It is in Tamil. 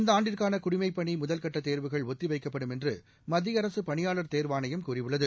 இந்த ஆண்டுக்கான குடிமை பணி முதல் கட்ட தேர்வுகள் ஒத்திவைக்கப்படும் என்று மத்திய அரசு பணியாளர் தேர்வாணையம் கூறியுள்ளது